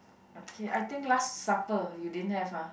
okay I think last supper you didn't have ah